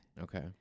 Okay